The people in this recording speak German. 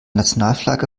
nationalflagge